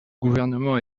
gouvernement